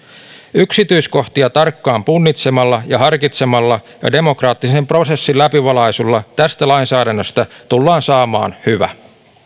yksityiskohtia tarkkaan punnitsemalla ja harkitsemalla ja demokraattisen prosessin läpivalaisulla tästä lainsäädännöstä tullaan saamaan hyvä